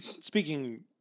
speaking